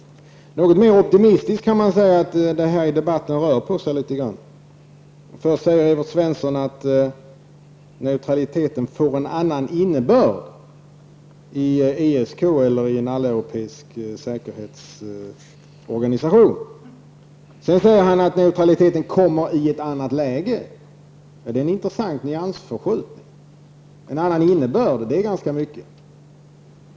Man kan, för att uttala sig optimistiskt, säga att det rör på sig i debatten. Först säger Evert Svensson att neutraliteten får en annan innebörd i ESK eller i en alleuropeisk säkerhetsorganisation. Därefter säger han att neutraliteten kommer i ett annat läge. Det är en intressant nyansförskjutning. En annan innebörd, det är ganska mycket.